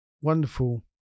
wonderful